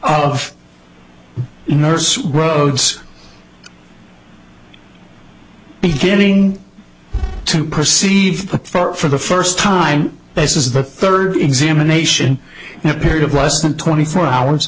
of nurse rhodes beginning to perceive for the first time as is the third examination in a period of less than twenty four hours